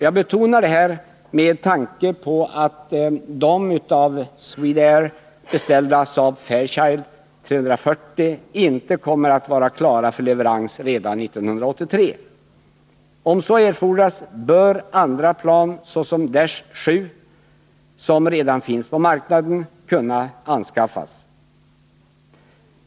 Jag betonar detta med tanke på att av Swedair beställda Saab-Fairchild 340 inte kommer att vara klara för leverans redan 1983. Om så erfordras bör andra plan såsom Dash 7, som redan finns på marknaden, kunna anskaffas.